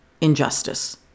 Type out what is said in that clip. injustice